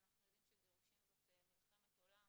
אנחנו יודעים שגירושין זאת מלחמת עולם,